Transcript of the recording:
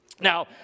Now